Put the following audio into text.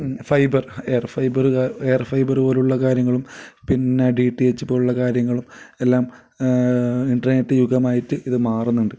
fibre air fibre air ക air fibre പോലെയുള്ള കാര്യങ്ങളും പിന്നെ ഡി ടി എച്ച് പോലെയുള്ള കാര്യങ്ങളും എല്ലാം ഇൻ്റർനെറ്റ് യുഗമായിട്ട് ഇതു മാറുന്നുണ്ട്